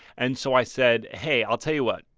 and so i said, hey, i'll tell you what,